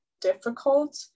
difficult